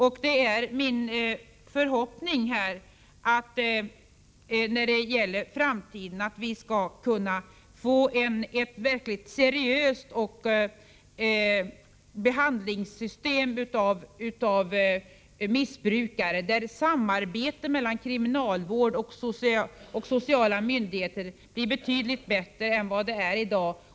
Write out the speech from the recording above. Det är min förhoppning att vi skall kunna få ett verkligt seriöst system för behandling av missbrukare, där samarbetet mellan kriminalvård och sociala myndigheter blir betydligt bättre än det är i dag.